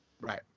Right